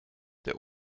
der